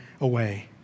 away